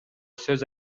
сөз